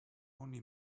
only